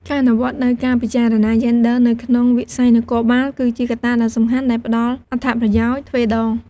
ការអនុវត្តនូវការពិចារណាយេនឌ័រនៅក្នុងវិស័យនគរបាល គឺជាកត្តាដ៏សំខាន់ដែលផ្តល់អត្ថប្រយោជន៍ទ្វេដង។